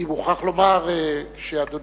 אני מוכרח לומר שאדוני